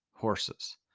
horses